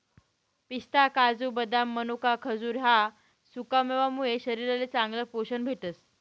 पिस्ता, काजू, बदाम, मनोका, खजूर ह्या सुकामेवा मुये शरीरले चांगलं पोशन भेटस